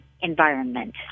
environment